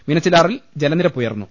മീനച്ചിലാറിൽ ജലനിരപ്പ് ഉയർന്നു